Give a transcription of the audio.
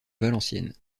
valenciennes